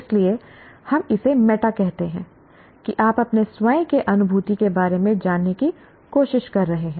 इसलिए हम इसे मेटा कहते हैं कि आप अपने स्वयं के अनुभूति के बारे में जानने की कोशिश कर रहे हैं